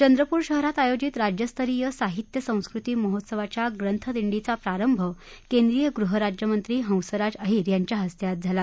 चंद्रपूर शहरात आयोजित राज्यस्तरीय साहित्य संस्कृती महोत्सवाच्या ग्रंथ दिंडीचा प्रारंभ केंद्रीय गृहराज्यमंत्री हंसराज अहिर यांच्या हस्ते आज झाला